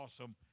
awesome